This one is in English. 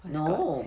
no